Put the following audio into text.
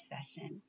session